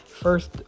first